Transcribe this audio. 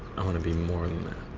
i want to be more than that.